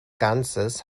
ganzes